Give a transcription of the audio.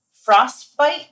Frostbite